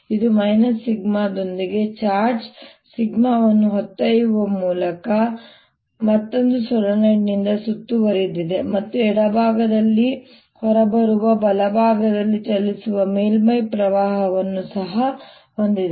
ಇದು ದೊಂದಿಗೆ ಚಾರ್ಜ್ ವನ್ನು ಹೊತ್ತೊಯ್ಯುವ ಮತ್ತೊಂದು ಸೊಲೆನಾಯ್ಡ್ ನಿಂದ ಸುತ್ತುವರಿದಿದೆ ಮತ್ತು ಎಡಭಾಗದಲ್ಲಿ ಹೊರಬರುವ ಬಲಭಾಗದಲ್ಲಿ ಚಲಿಸುವ ಮೇಲ್ಮೈ ಪ್ರವಾಹವನ್ನು ಸಹ ಹೊಂದಿದೆ